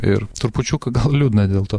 ir trupučiuką gal liūdna dėl to